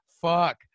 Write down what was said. fuck